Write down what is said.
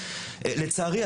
לצערי,